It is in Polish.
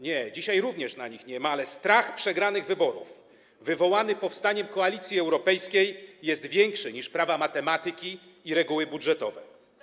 Nie, dzisiaj również ich nie ma, ale strach przegranych wyborów wywołany powstaniem Koalicji Europejskiej jest większy niż prawa matematyki i reguły budżetowe.